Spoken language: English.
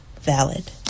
valid